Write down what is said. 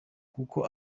kuko